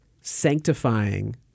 sanctifying